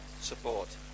support